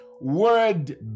word